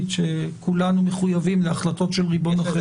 שכולנו מחויבים להחלטות של ריבון אחר.